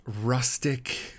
rustic